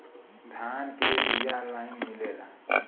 धान के बिया ऑनलाइन मिलेला?